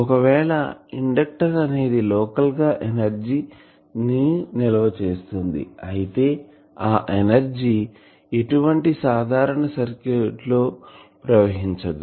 ఒకవేళ ఇండక్టర్ అనేది లోకల్ గా ఎనర్జీ ని నిల్వ చేస్తుంది అయితే ఆ ఎనర్జీ ఎటువంటి సాధారణ సర్క్యూట్ లో ప్రవహించదు